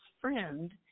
friend